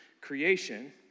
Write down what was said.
creation